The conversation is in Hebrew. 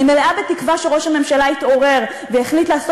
אני מלאה בתקווה שראש הממשלה יתעורר ויחליט לעשות